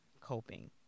coping